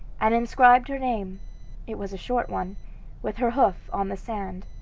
and inscribed her name it was a short one with her hoof on the sand.